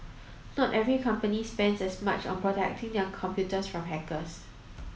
not every company spends as much on protecting their computers from hackers